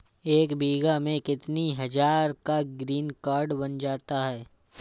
एक बीघा में कितनी हज़ार का ग्रीनकार्ड बन जाता है?